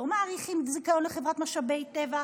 לא מאריכים זיכיון לחברת משאבי טבע.